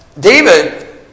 David